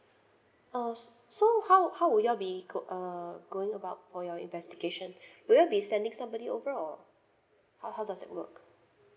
uh so how how would you all be err going about for your investigation will you all be sending somebody over or how how does it work